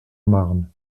marne